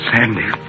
Sandy